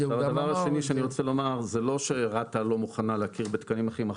הדבר השני שאני רוצה לומר זה לא שרת"א לא מוכנה להכיר בתקנים אחרים.